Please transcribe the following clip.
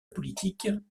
politique